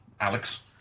Alex